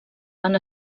van